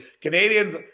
Canadians